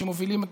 כשמובילים את